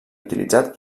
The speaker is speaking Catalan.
utilitzat